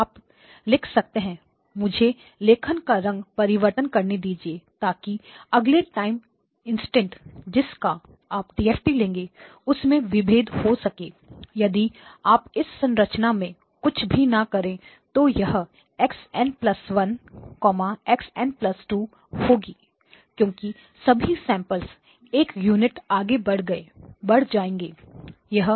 आप लिख सकते हैं मुझे लेखन का रंग परिवर्तन करने दीजिए ताकि अगले टाइम इंस्टेंट जिस का आप DFT लेंगे उसमें विभेद हो सके यदि आप इस संरचना में कुछ भी ना करें तो यह x n1 x n2 होगी क्योंकि सभी सैंपल्स एक यूनिट आगे बढ़ जाएंगे